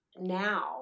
now